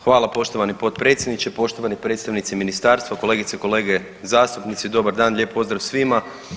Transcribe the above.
Hvala poštovani potpredsjedniče, poštovani predstavnici ministarstva, kolegice i kolege zastupnici, dobar dan lijep pozdrav svima.